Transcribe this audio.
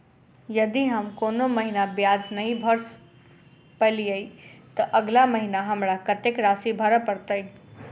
यदि हम कोनो महीना ब्याज नहि भर पेलीअइ, तऽ अगिला महीना हमरा कत्तेक राशि भर पड़तय?